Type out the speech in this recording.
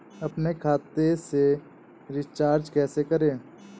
अपने खाते से रिचार्ज कैसे करें?